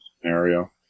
scenario